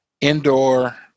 indoor